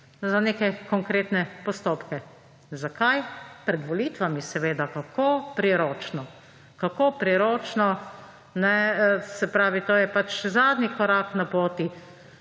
za neke konkretne postopke. Zakaj? Pred volitvami seveda. Kako priročno, kako priročno. To je zadnji korak na poti,